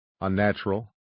Unnatural